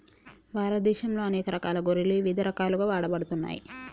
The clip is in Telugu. భారతదేశంలో అనేక రకాల గొర్రెలు ఇవిధ రకాలుగా వాడబడుతున్నాయి